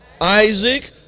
Isaac